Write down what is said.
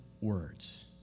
words